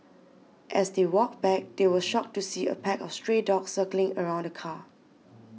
as they walked back they were shocked to see a pack of stray dogs circling around the car